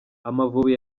amavubi